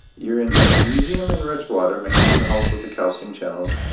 you're in magnesium-enriched water. magnesium helps with the calcium channels,